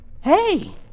Hey